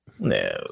No